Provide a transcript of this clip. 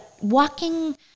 walking